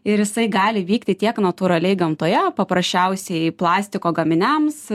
ir jisai gali vykti tiek natūraliai gamtoje paprasčiausiai plastiko gaminiams